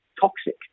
toxic